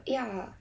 ya